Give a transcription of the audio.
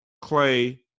Clay